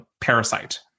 *Parasite*